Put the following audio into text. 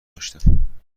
داشتم